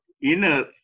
inner